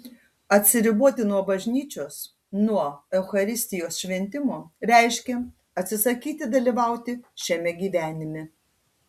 atsiriboti nuo bažnyčios nuo eucharistijos šventimo reiškia atsisakyti dalyvauti šiame gyvenime